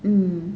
mm